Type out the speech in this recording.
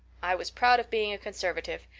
i was proud of being a conservative.